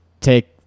take